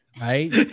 Right